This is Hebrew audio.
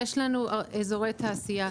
יש לנו אזורי תעשייה,